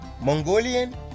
Mongolian